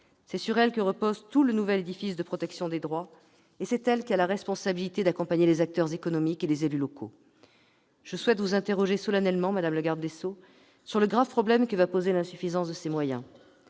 cette dernière que reposent tout le nouvel édifice de protection des droits et la responsabilité d'accompagner les acteurs économiques et les élus locaux. Je souhaite vous interroger solennellement, madame la garde des sceaux, sur le grave problème que va poser l'insuffisance des moyens